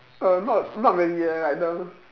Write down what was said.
err not not really leh like the